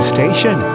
Station